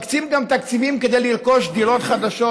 מקצים גם תקציבים כדי לרכוש דירות חדשות,